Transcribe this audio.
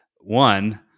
one